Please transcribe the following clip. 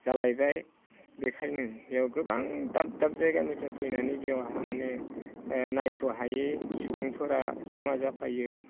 जालायबाय बेखायनो बेयाव गोबां दाब दाब जायगानिफ्राय फैनानै बेयावहा माने नायस'हायै सुबुंफोरा जमा जाफायो